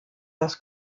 das